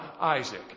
Isaac